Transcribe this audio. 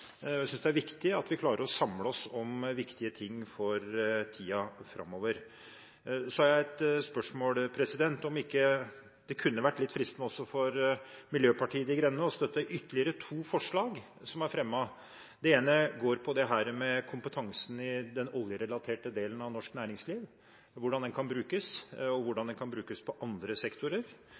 Jeg synes det er viktig at vi klarer å samle oss om viktige ting for tida framover. Så har jeg et spørsmål, om det ikke kunne vært litt fristende også for Miljøpartiet De Grønne å støtte ytterligere to forslag som er fremmet. Det ene går på dette med kompetansen i den oljerelaterte delen av norsk næringsliv, hvordan den kan brukes, og hvordan den kan brukes på andre sektorer.